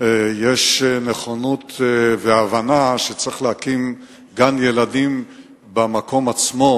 יש נכונות והבנה שצריך להקים גן-ילדים במקום עצמו,